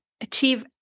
achieve